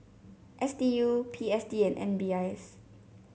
S D U P S D and M D I S